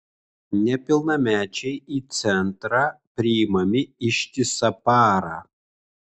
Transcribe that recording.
nepilnamečiai į centrą priimami ištisą parą